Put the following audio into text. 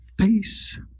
face